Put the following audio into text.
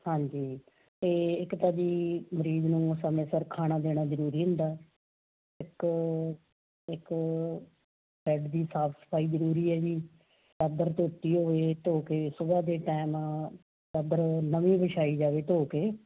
ਹਾਂਜੀ ਅਤੇ ਇੱਕ ਤਾਂ ਜੀ ਮਰੀਜ਼ ਨੂੰ ਸਮੇਂ ਸਿਰ ਖਾਣਾ ਦੇਣਾ ਜ਼ਰੂਰੀ ਹੁੰਦਾ ਇੱਕ ਇੱਕ ਦੇਖੋ ਬੈਡ ਦੀ ਸਾਫ਼ ਸਫਾਈ ਜ਼ਰੂਰੀ ਹੈ ਜੀ ਚਾਦਰ ਧੋਤੀ ਹੋਵੇ ਧੋ ਕੇ ਸੁਬਹਾ ਦੇ ਟਾਈਮ ਚਾਦਰ ਨਵੀਂ ਵਿਛਾਈ ਜਾਵੇ ਧੋ ਕੇ